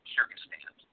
Kyrgyzstan